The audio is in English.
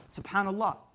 Subhanallah